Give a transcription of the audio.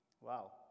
Wow